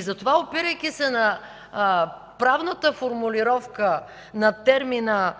Затова, опирайки се на правната формулировка на термина